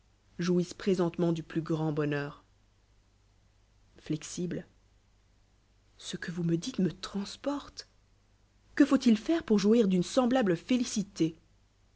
jouissent présentement du plus grand bonheur lp zigle ce que vous me dites me transporte que faut-il fuire pour jouir d'une semblable célicitcf